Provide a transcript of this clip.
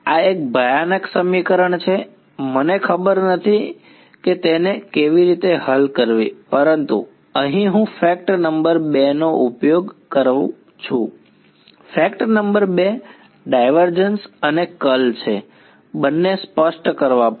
આ એક ભયાનક સમીકરણ છે મને ખબર નથી કે તેને કેવી રીતે હલ કરવી પરંતુ અહીં હું ફેક્ટ નંબર 2 નો ઉપયોગ કરું છું ફેક્ટ નંબર 2 ડાયવર્ઝન્સ અને કર્લ છે બંને સ્પષ્ટ કરવા પડશે